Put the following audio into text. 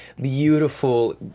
beautiful